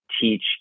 teach